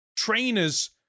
trainers